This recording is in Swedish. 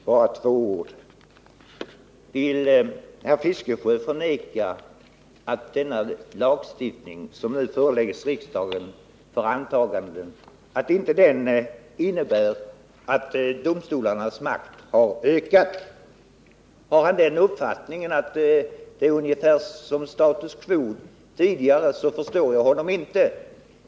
Herr talman! Bara några få ord. Vill herr Fiskesjö förneka att den lagstiftning som föreläggs riksdagen för antagande inte innebär att domstolarnas makt ökar? Har han den uppfattningen att det blir ungefär status quo, så förstår jag honom inte.